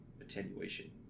attenuation